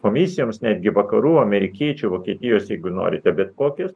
komisijoms netgi vakarų amerikiečių vokietijos jeigu norite bet kokias